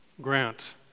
Grant